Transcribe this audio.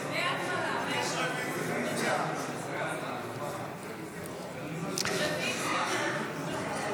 7. 9. הסתייגות 9,